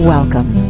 Welcome